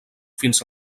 fins